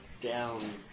down